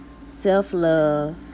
self-love